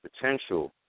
potential